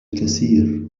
الكثير